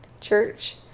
church